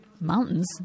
mountains